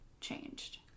changed